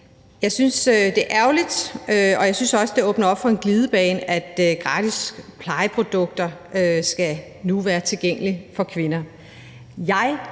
Jeg synes, det er ærgerligt, og jeg synes også, det åbner op for en glidebane, at gratis plejeprodukter nu skal være tilgængelige for kvinder.